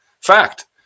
Fact